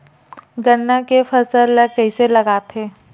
गन्ना के फसल ल कइसे लगाथे?